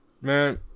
Man